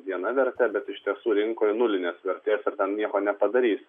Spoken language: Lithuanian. viena verte bet iš tiesų rinkoje nulinės vertės ir ten nieko nepadarysi